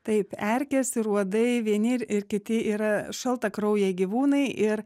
taip erkės ir uodai vieni ir ir kiti yra šaltakraujai gyvūnai ir